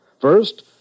First